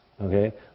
Okay